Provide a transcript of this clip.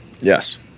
Yes